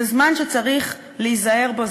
זה זמן שצריך להיזהר בו.